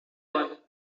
one